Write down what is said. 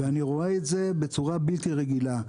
ואני רואה את זה בצורה בלתי רגילה.